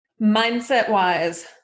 Mindset-wise